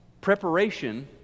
preparation